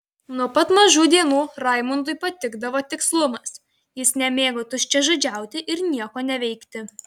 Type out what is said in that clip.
nuo pat mažų dienų raimundui patikdavo tikslumas jis nemėgo tuščiažodžiauti ir nieko neveikti